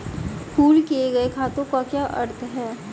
Pool किए गए खातों का क्या अर्थ है?